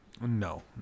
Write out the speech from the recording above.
No